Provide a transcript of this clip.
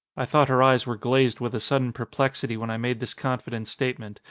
i thought her eyes were glazed with a sudden perplexity when i made this confident statement,